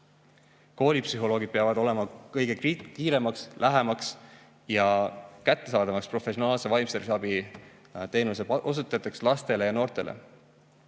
Koolipsühholoogid peavad olema kõige kiiremaks, lähemaks ja kättesaadavamaks professionaalse vaimse tervise abi teenuse osutajaks lastele ja noortele.